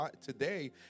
today